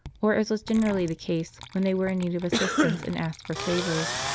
or, as was generally the case, when they were in need of assistance and asked for favours.